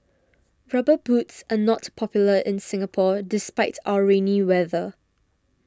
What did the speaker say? rubber boots are not popular in Singapore despite our rainy weather